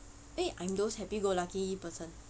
eh I'm those happy go lucky person